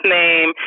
name